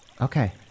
Okay